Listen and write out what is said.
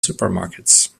supermarkets